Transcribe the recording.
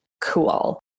cool